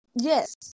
Yes